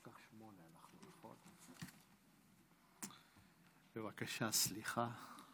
בבקשה, סליחה.